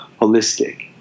holistic